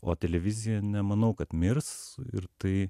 o televizija nemanau kad mirs ir tai